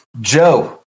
Joe